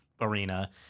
arena